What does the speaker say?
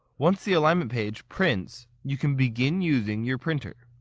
once the alignment pages prints, you can begin using your printer.